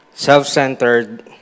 self-centered